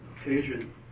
occasion